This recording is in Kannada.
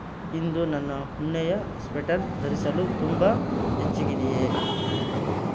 ಇಂದು ನನ್ನ ಉಣ್ಣೆಯ ಸ್ವೆಟರ್ ಧರಿಸಲು ತುಂಬ ಬೆಚ್ಚಗಿದೆಯೇ